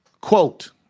quote